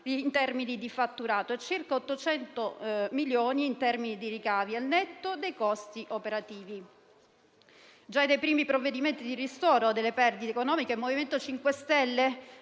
in termini di fatturato e a circa 800 milioni in termini di ricavi al netto dei costi operativi. Già dai primi provvedimenti di ristoro delle perdite economiche il MoVimento 5 Stelle